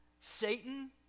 Satan